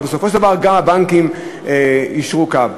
ובסופו של דבר גם הבנקים יישרו קו.